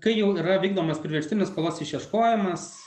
kai jau yra vykdomas priverstinis skolos išieškojimas